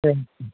சரிங்க சார்